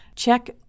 Check